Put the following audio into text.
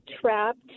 trapped